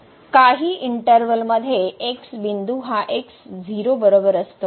काही इंटर्वल मध्ये x बिंदू हा बरोबर असतो